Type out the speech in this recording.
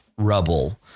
rubble